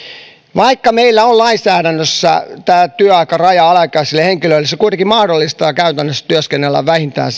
vaikka meillä on lainsäädännössä työaikaraja alaikäisille henkilöille se kuitenkin mahdollistaa käytännössä työskennellä vähintään